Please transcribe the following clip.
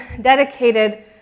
dedicated